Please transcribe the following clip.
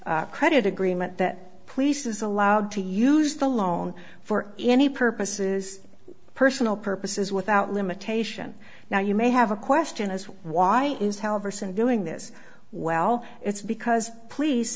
credit agreement that police is allowed to use the loan for any purposes personal purposes without limitation now you may have a question is why is however since doing this well it's because p